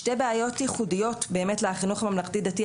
שתי בעיות ייחודיות לחינוך הממלכתי-דתי,